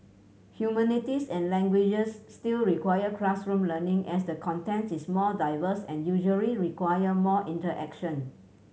humanities and languages still require classroom learning as the content is more diverse and usually require more interaction